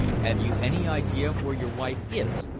have you any idea where your wife is,